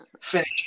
Finish